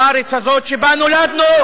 בארץ הזאת שבה נולדנו,